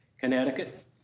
Connecticut